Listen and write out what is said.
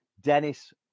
Dennis